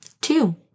two